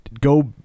go